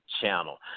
channel